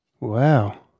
Wow